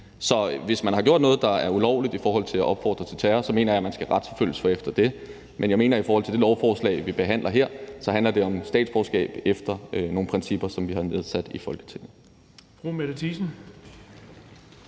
Så hvis man har gjort noget, der er ulovligt såsom at opfordre til terror, så mener jeg, at man skal retsforfølges for det. Men i forhold til det lovforslag, vi behandler her, mener jeg, at det handler om tildeling af statsborgerskab efter nogle principper, som vi har knæsat i Folketinget.